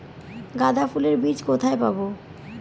গাঁদা ফুলের বীজ কোথায় পাবো?